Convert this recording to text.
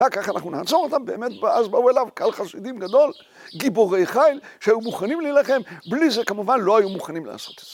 רק ככה אנחנו נעצור אותם באמת, ואז באו אליו קהל חסידים גדול, גיבורי חייל, שהיו מוכנים להילחם, בלי זה כמובן לא היו מוכנים לעשות את זה.